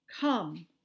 come